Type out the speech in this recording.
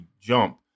jump